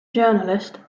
journalist